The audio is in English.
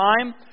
time